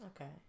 Okay